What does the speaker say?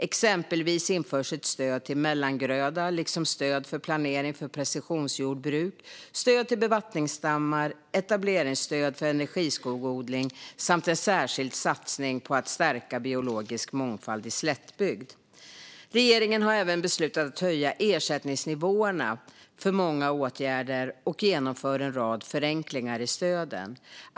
Exempelvis införs ett stöd till mellangröda, liksom stöd för planering för precisionsjordbruk, stöd till bevattningsdammar, etableringsstöd för energiskogsodling samt en särskild satsning på att stärka biologisk mångfald i slättbygd. Regeringen har även beslutat att höja ersättningsnivåerna för många åtgärder och genomför en rad förenklingar i stöden.